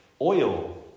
oil